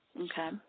Okay